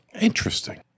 Interesting